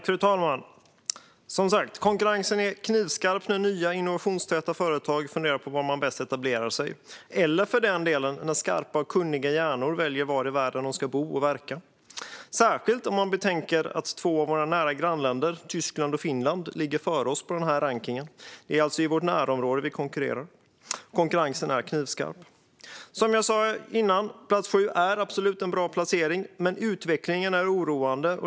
Fru talman! Konkurrensen är som sagt knivskarp när nya, innovationstäta företag funderar på var de bäst etablerar sig, eller för den delen när skarpa och kunniga hjärnor väljer var i världen de ska bo och verka - särskilt om man betänker att två av våra nära grannländer, Tyskland och Finland, ligger före oss i den här rankningen. Det är i vårt närområde vi konkurrerar, och konkurrensen är knivskarp. Som jag sa tidigare är plats sju absolut en bra placering, men utvecklingen är oroande.